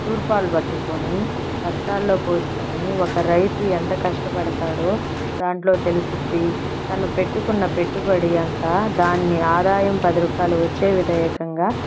తూర్పాలు పట్టుకుని బస్తాల్లో పోసుకుని ఒక రైతు ఎంత కష్టపడతాడో దాంట్లో తెలుస్తుంది తను పెట్టుకున్న పెట్టుబడి అంతా దాని ఆదాయం పది రూపాయలు వచ్చే విధేయకంగా